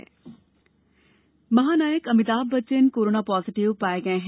corona Amitabh महानायक Amitabh Bachchan corona positive पाये गये हैं